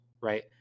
right